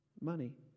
money